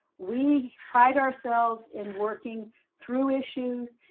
we pride ourselves in working through issues.